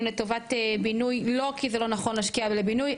לטובת בינוי לא כי זה לא נכון להשקיע לבינוי,